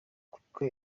kuko